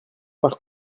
par